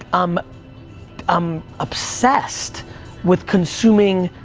um i'm obsessed with consuming,